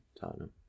Tottenham